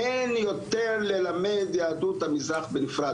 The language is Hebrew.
אין יותר ללמד יהדות המזרח בנפרד,